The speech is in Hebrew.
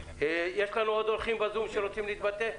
יש לנו עוד אורחים בזום שרוצים להתבטא?